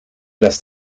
las